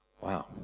Wow